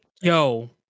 Yo